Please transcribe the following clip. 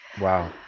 wow